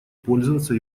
пользоваться